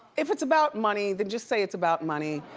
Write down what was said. if it's about money then just say it's about money.